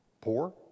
Poor